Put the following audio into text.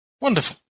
Wonderful